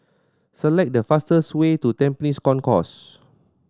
select the fastest way to Tampines Concourse